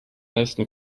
leisten